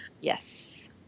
Yes